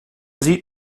sieht